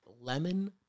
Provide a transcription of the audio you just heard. lemon